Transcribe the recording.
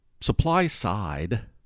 supply-side